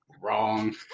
wrong